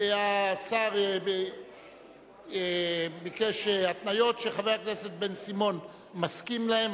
השר ביקש התניות שחבר הכנסת בן-סימון מסכים להן,